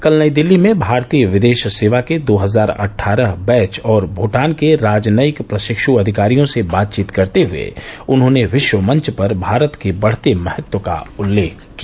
कल नई दिल्ली में भारतीय विदेश सेवा के दो हजार अट्ठारह बैच और भूटान के राजनयिक प्रशिक्ष् अधिकारियों से बातचीत करते हुए उन्होंने विश्व मंच पर भारत के बढ़ते महत्व का उल्लेख किया